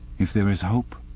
if there was hope,